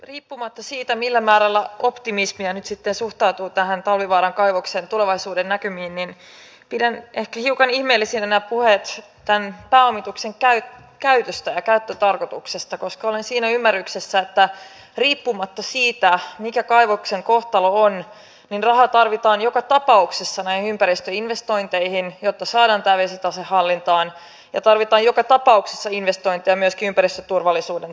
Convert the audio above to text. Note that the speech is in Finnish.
riippumatta siitä millä määrällä optimismia nyt sitten suhtautuu näihin talvivaaran kaivoksen tulevaisuudennäkymiin pidän ehkä hiukan ihmeellisinä näitä puheita tämän pääomituksen käytöstä ja käyttötarkoituksesta koska olen siinä ymmärryksessä että riippumatta siitä mikä kaivoksen kohtalo on rahaa tarvitaan joka tapauksessa näihin ympäristöinvestointeihin jotta saadaan tämä vesitase hallintaan ja tarvitaan joka tapauksessa investointeja myöskin ympäristöturvallisuuden takaamiseksi